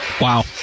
Wow